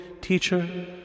Teacher